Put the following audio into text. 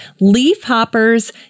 leafhoppers